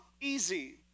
easy